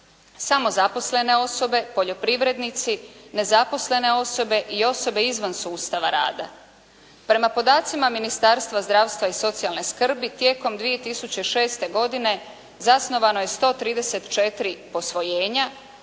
samozaposlene osobe, poljoprivrednici, nezaposlene osobe i osobe izvan sustava rada. Prema podacima Ministarstva zdravstva i socijalne skrbi tijekom 2006. godine zasnovano je 134 posvojenja,